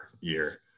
year